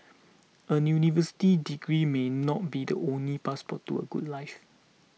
a university degree may not be the only passport to a good life